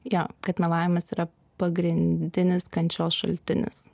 jo kad melavimas yra pagrindinis kančios šaltinis